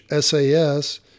sas